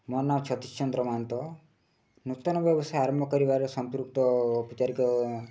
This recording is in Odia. ମୋ ନାଁ ଛତିଶ୍ ଚନ୍ଦ୍ର ମାନନ୍ତ ନୂତନ ବ୍ୟବସାୟ ଆରମ୍ଭ କରିବାରେ ସମ୍ପୃକ୍ତ ଔପଚାରିକ